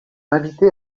invitée